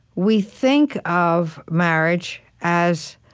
we think of marriage as